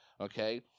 okay